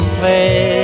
play